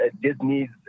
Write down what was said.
Disney's